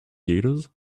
theatres